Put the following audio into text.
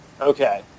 Okay